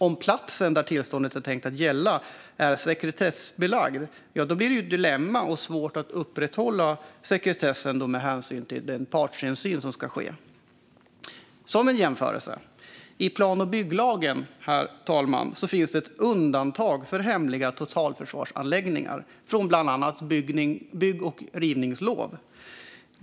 Om platsen där tillståndet är tänkt att gälla är sekretessbelagd blir det ett dilemma. Det blir då svårt att upprätthålla sekretessen med hänsyn till den partsinsyn som ska ske. Som jämförelse: I plan och bygglagen, herr talman, finns ett undantag för hemliga totalförsvarsanläggningar från bland annat bygg och rivningslov.